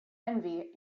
envy